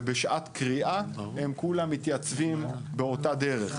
ובשעת קריאה הם כולם מתייצבים באותה דרך.